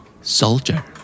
Soldier